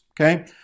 Okay